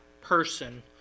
person